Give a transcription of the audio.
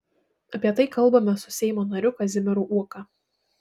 apie tai kalbamės su seimo nariu kazimieru uoka